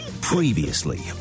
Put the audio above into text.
Previously